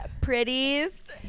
pretties